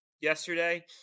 yesterday